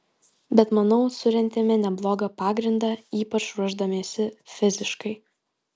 bet manau surentėme neblogą pagrindą ypač ruošdamiesi fiziškai